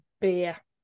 beer